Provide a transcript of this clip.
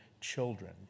children